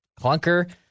clunker